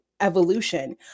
evolution